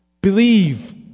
Believe